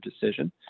decision